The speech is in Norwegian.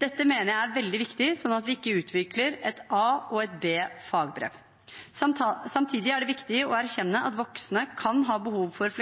Dette mener jeg er veldig viktig, sånn at vi ikke utvikler et A- og et B-fagbrev. Samtidig er det viktig å erkjenne at voksne kan ha behov for